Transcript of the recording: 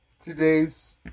today's